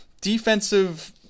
defensive